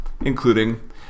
including